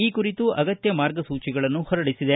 ಈ ಕುರಿತು ಅಗತ್ಯ ಮಾರ್ಗಸೂಚಿಗಳನ್ನು ಹೊರಡಿಸಿದೆ